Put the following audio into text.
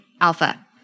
Alpha